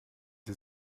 sie